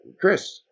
chris